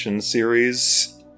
series